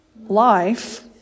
life